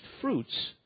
fruits